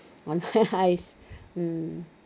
on her eyes mm